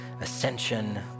ascension